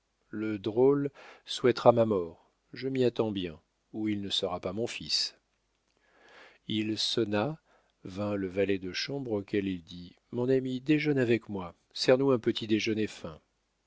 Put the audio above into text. le drôle souhaitera ma mort je m'y attends bien ou il ne sera pas mon fils il sonna vint le valet de chambre auquel il dit mon ami déjeune avec moi sers nous un petit déjeuner fin